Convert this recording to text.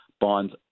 bonds